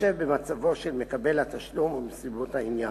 בהתחשב במצבו של מקבל התשלום ובנסיבות העניין.